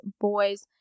boys